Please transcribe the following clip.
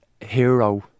hero